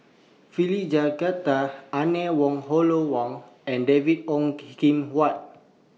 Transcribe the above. Philip Anne Wong Hollo Wang and David Ong Kim Huat